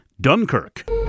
Dunkirk